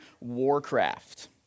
Warcraft